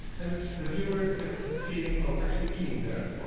and the viewer gets the feeling of actually being there,